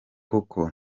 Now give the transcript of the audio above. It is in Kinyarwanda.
koko